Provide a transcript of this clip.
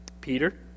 Peter